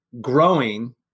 growing